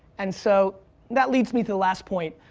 and so that leads me to the last point.